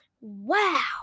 wow